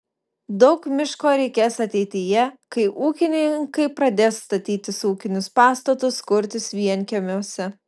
daug miško reikės ateityje kai ūkininkai pradės statytis ūkinius pastatus kurtis vienkiemiuose